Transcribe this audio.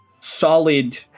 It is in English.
solid